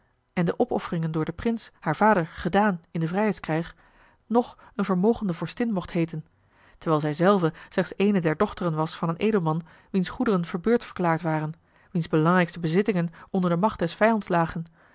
en de opofferingen door den prins haar vader gedaan in den vrijheidskrijg ng eene vermogende vorstin mocht heeten terwijl zij zelve slechts eene der dochteren was van een edelman wiens goederen verbeurd verklaard waren wiens belangrijkste bezittingen onder de macht des vijands lagen